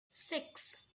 six